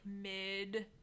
mid